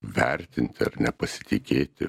vertinti ar nepasitikėti